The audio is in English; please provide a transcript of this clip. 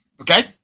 Okay